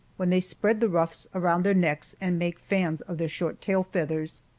when they spread the ruffs around their necks and make fans of their short tail feathers.